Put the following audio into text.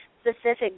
specific